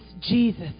Jesus